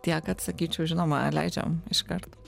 tiek kad sakyčiau žinoma leidžiam iškart